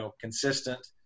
consistent